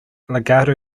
legato